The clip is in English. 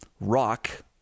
rock